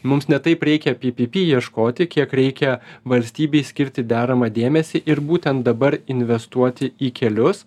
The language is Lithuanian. mums ne taip reikia ppp ieškoti kiek reikia valstybei skirti deramą dėmesį ir būtent dabar investuoti į kelius